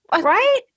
Right